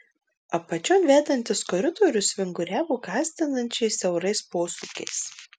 apačion vedantis koridorius vinguriavo gąsdinančiai siaurais posūkiais